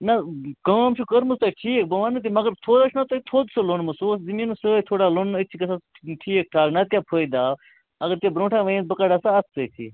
نہَ کٲم چھُو تۅہہِ کٔرمژٕ ٹھیٖک بہٕ وَننہٕ تہِ مگر فٲض چھُو نا تۅہہِ تھوٚد سُہ لوٗنمُت سُہ اوس زٔمیٖنس سۭتۍ تھوڑا لوٗنُن أتۍ چھُ گَژھان ٹھیٖک ٹھاک نتہٕ کیٛاہ فٲیِدٕ آو اگر تُہۍ برٛونٹھٕے ونیوٕ بہٕ کڈٕہا سُہ اَتھٕ سۭتی